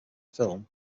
film